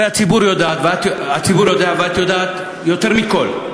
הרי הציבור יודע ואת יודעת יותר מכל,